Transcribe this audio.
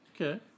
Okay